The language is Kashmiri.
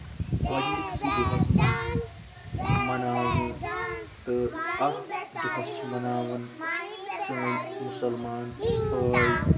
گۄڈٕنکسٕے دۄہَس منٛز مناونہٕ تہٕ اَتھ دۄہَس چھِ مَناوان سٲنۍ مُسلمان بٲے